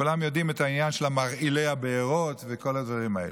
כולם יודעים את העניין של מרעילי הבארות וכל הדברים האלה.